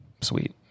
Sweet